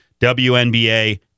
WNBA